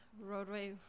roadway